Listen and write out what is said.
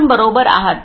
आपण बरोबर आहात